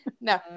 no